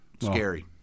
Scary